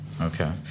Okay